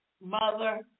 Mother